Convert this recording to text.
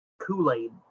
Kool-Aid